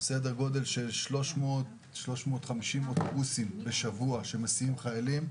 היה סדר גודל של 300-350 אוטובוסים בשבוע שמסיעים חיילים.